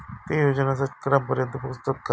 ते योजना शेतकऱ्यानपर्यंत पोचतत काय?